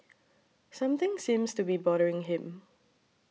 something seems to be bothering him